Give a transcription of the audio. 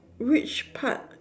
which part